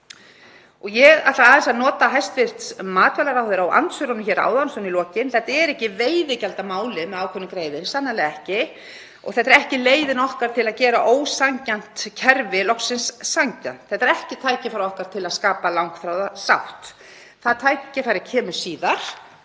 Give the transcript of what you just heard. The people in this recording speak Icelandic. ég að fá að vitna í orð hæstv. matvælaráðherra í andsvörum hér áðan. Þetta er ekki veiðigjaldamálið með ákveðnum greini, sannarlega ekki, og þetta er ekki leið til að gera ósanngjarnt kerfi loksins sanngjarnt. Þetta er ekki tækifærið okkar til að skapa langþráða sátt. Það tækifæri kemur síðar,